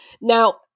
Now